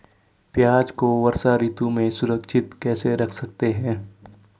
प्याज़ को वर्षा ऋतु में सुरक्षित कैसे रख सकते हैं?